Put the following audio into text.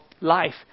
life